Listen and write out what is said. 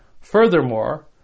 Furthermore